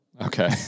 okay